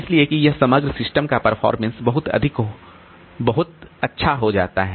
इसलिए कि यह समग्र सिस्टम का परफॉर्मेंस बहुत अच्छा हो जाता है